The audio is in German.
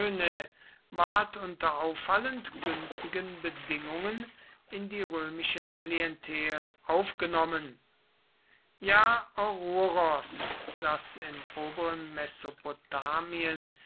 ward unter auffallend günstigen bedingungen in die römische klientel aufgenommen ja oruros das im oberen